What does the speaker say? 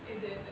இது:ithu